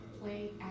play